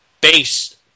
base